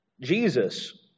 Jesus